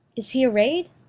is he array'd?